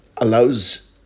allows